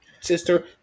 sister